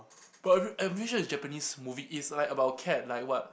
but I'm pretty sure is Japanese movie it's like about cat like what